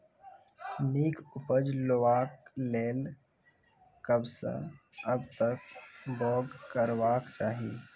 नीक उपज लेवाक लेल कबसअ कब तक बौग करबाक चाही?